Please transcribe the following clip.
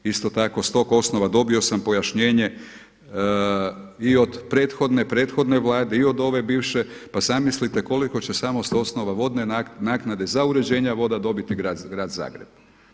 Isto tako s tog osnova dobio sam pojašnjenje i od prethodne Vlade i od ove bivše, pa zamislite koliko će samo s osnova vodne naknade za uređenje voda dobiti grad Zagreb.